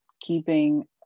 keeping